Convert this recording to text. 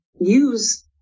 use